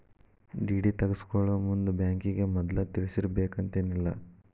DD ತಗ್ಸ್ಕೊಳೊಮುಂದ್ ಬ್ಯಾಂಕಿಗೆ ಮದ್ಲ ತಿಳಿಸಿರ್ಬೆಕಂತೇನಿಲ್ಲಾ